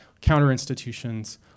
counter-institutions